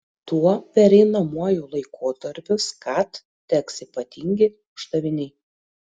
tuo pereinamuoju laikotarpiu skat teks ypatingi uždaviniai